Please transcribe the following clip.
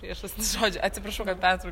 priešas žodžiu atsiprašau kad pertraukiau